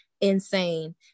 insane